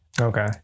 okay